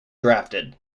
drafted